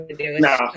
no